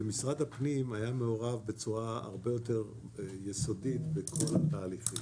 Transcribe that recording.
שמשרד הפנים היה מעורב בצורה הרבה יותר יסודית בכל התהליכים.